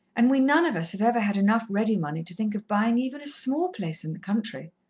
and we none of us have ever had enough ready money to think of buyin' even a small place in the country.